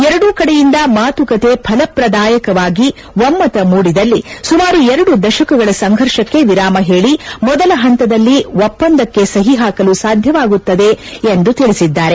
ಎರಡೂ ಕಡೆಯಿಂದ ಮಾತುಕತೆ ಫಲಪ್ರದಾಯಕವಾಗಿ ಒಮ್ನತ ಮೂಡಿದಲ್ಲಿ ಸುಮಾರು ಎರಡು ದಶಕಗಳ ಸಂಘರ್ಷಕ್ಕೆ ವಿರಾಮ ಹೇಳಿ ಮೊದಲ ಹಂತದಲ್ಲಿ ಒಪ್ಪಂದಕ್ಕೆ ಸಹಿ ಹಾಕಲು ಸಾಧ್ಯವಾಗುತ್ತದೆ ಎಂದು ತಿಳಿಸಿದ್ದಾರೆ